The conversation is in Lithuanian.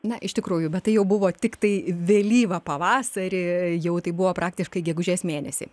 na iš tikrųjų bet tai jau buvo tiktai vėlyvą pavasarį jau tai buvo praktiškai gegužės mėnesį